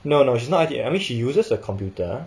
no no she's not I_T I mean she uses a computer